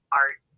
art